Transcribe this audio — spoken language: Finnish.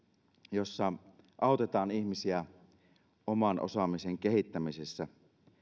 joissa autetaan ihmisiä oman osaamisen kehittämisessä